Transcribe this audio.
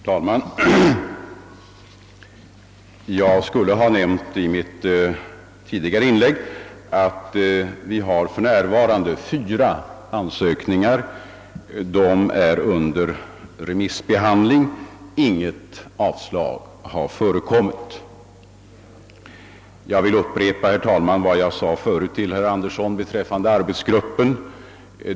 Herr talman! Jag skulle ha nämnt i mitt tidigare inlägg att vi har fått in fyra ansökningar. De är under remissbehandling. Intet avslag har lämnats. Jag vill upprepa, herr talman, vad jag sade förut till herr Andersson i Storfors beträffande arbetsgruppen.